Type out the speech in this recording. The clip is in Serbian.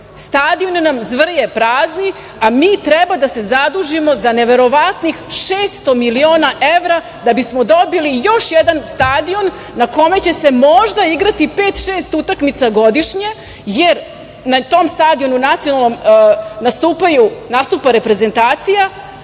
Stadioni nam zvrje prazni, a mi treba da se zadužimo za neverovatnih 600 miliona evra da bismo dobili još jedan stadion na kome će se možda igrati pet, šest utakmica godišnje jer na tom Nacionalnom stadionu nastupa reprezentacija.